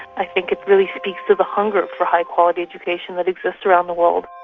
i think it really speaks to the hunger for high quality education that exists around the world.